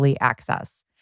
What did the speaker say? access